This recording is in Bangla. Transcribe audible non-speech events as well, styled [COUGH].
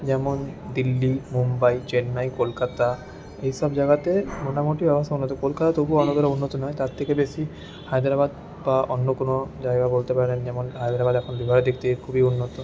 যেমন দিল্লি মুম্বাই চেন্নাই কলকাতা এই সব জায়গাতে মোটামুটি ব্যবস্থা উন্নত কলকাতা তবু [UNINTELLIGIBLE] উন্নত নয় তার থেকে বেশি হায়দ্রাবাদ বা [UNINTELLIGIBLE] অন্য কোনো জায়গা বলতে পারেন যেমন হায়দ্রাবাদ এখন [UNINTELLIGIBLE] দিক দিয়ে খুবই উন্নত